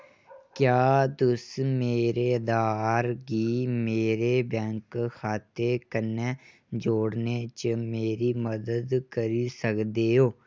क्या तुस मेरे आधार गी मेरे बैंक खाते कन्नै जोड़ने च मेरी मदद करी सकदे ओ